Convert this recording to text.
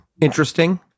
interesting